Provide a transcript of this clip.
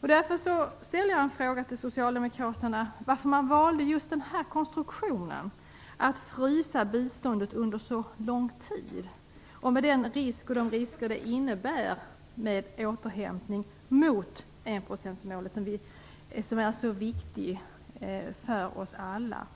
Jag vill därför ställa en fråga till Socialdemokraterna. Varför valde man just den här konstruktionen att frysa biståndet under så lång tid, med de risker det innebär för en återhämtning mot enprocentsmålet, som är så viktig för oss alla?